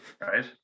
Right